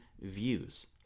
views